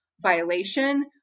violation